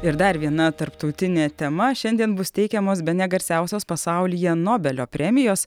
ir dar viena tarptautinė tema šiandien bus teikiamos bene garsiausios pasaulyje nobelio premijos